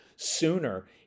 sooner